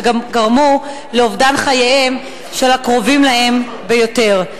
וגם גרמו לאובדן חייהם של הקרובים להם ביותר.